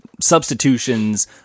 substitutions